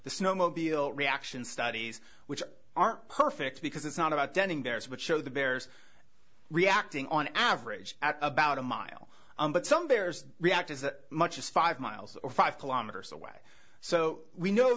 the snowmobile reaction studies which aren't perfect because it's not about bending there's which show the bears reacting on average at about a mile but some bears react as much as five miles or five kilometers away so we know